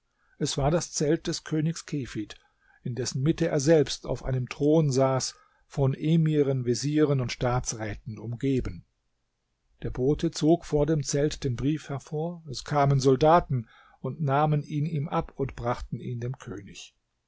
es war das zelt des königs kefid in dessen mitte er selbst auf einem thron saß von emiren vezieren und staatsräten umgeben der bote zog vor dem zelt den brief hervor es kamen soldaten und nahmen ihn ihm ab und brachten ihn dem könig